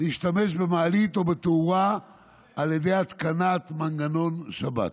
להשתמש במעלית או בתאורה על ידי התקנת מנגנון שבת.